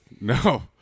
No